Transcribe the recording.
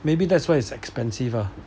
maybe that's why it's expensive lah